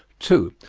two.